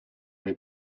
või